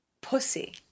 pussy